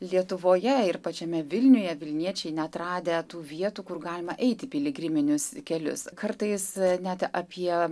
lietuvoje ir pačiame vilniuje vilniečiai neatradę tų vietų kur galima eiti piligriminius kelius kartais net apie